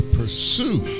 pursue